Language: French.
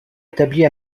établie